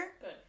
Good